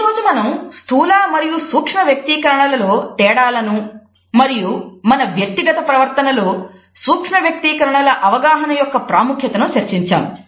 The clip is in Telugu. ఈరోజు మనం స్థూల మరియు సూక్ష్మ వ్యక్తీకరణలో తేడాలను మరియు మన వ్యక్తిగత ప్రవర్తనలో సూక్ష్మ వ్యక్తీకరణల అవగాహన యొక్క ప్రాముఖ్యతను చర్చించాము